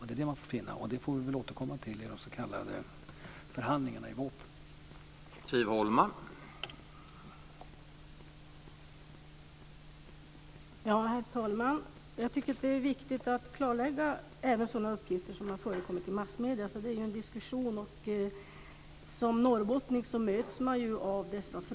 Det är det man får finna, och det får vi väl återkomma till i de s.k. förhandlingarna i vårpropositionen.